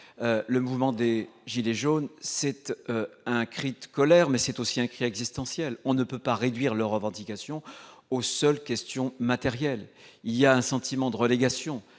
le mouvement des « gilets jaunes » est un cri de colère, mais aussi un cri existentiel. On ne peut pas réduire ses revendications aux seuls aspects matériels. Il y a un sentiment de relégation,